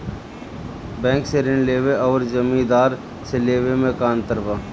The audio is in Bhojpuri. बैंक से ऋण लेवे अउर जमींदार से लेवे मे का अंतर बा?